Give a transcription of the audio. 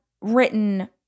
written